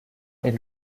est